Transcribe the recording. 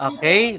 Okay